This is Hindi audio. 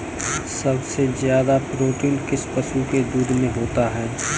सबसे ज्यादा प्रोटीन किस पशु के दूध में होता है?